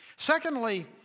Secondly